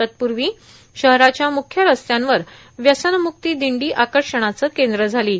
तत्पूर्वा शहराच्या मुख्य रस्त्यांवर व्यसनमुक्ती दिंडी आकषणाचं कद्र झालों